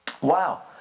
Wow